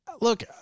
Look